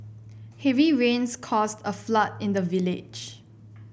heavy rains caused a flood in the village